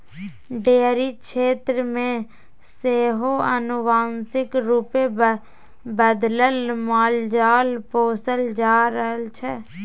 dairy क्षेत्र मे सेहो आनुवांशिक रूपे बदलल मालजाल पोसल जा रहल छै